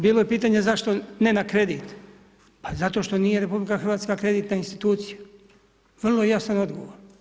Bilo je pitanje zašto ne na kredit, pa zato što nije RH kreditna institucija, vrlo jasan odgovor.